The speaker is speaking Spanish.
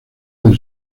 del